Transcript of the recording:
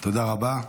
תודה רבה.